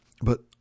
But